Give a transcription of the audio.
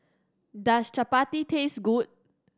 does chappati taste good